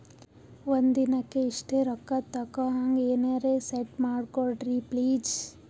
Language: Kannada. ಒಂದಿನಕ್ಕ ಇಷ್ಟೇ ರೊಕ್ಕ ತಕ್ಕೊಹಂಗ ಎನೆರೆ ಸೆಟ್ ಮಾಡಕೋಡ್ರಿ ಪ್ಲೀಜ್?